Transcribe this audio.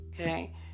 okay